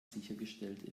sichergestellt